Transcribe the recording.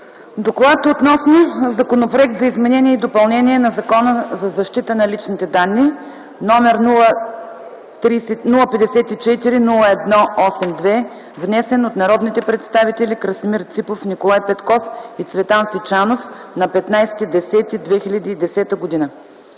„ДОКЛАД относно Законопроект за изменение и допълнение на Закона за защита на личните данни, № 054-01-82, внесен от народните представители Красимир Ципов, Николай Петков и Цветан Сичанов на 15 октомври